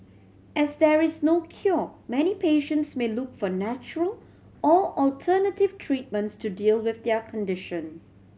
as there is no cure many patients may look for natural or alternative treatments to deal with their condition